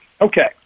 Okay